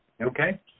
Okay